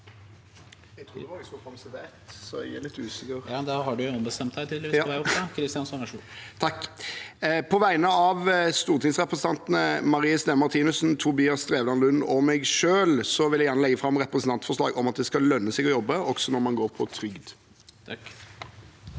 På vegne av stortingsrepresentantene Marie Sneve Martinussen, Tobias Drevland Lund og meg selv vil jeg gjerne legge fram representantforslag om at det skal lønne seg å jobbe, også når man går på trygd.